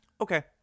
Okay